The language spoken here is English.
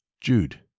Jude